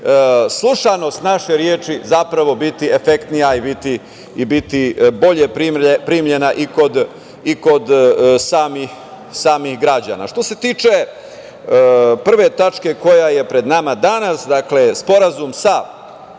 slušanost naše reči zapravo biti efektnija i biti bolje primljena i kod samih građana. Što se tiče prve tačke koja je pred nama danas, Sporazum sa